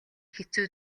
хэцүү